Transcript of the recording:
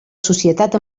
societat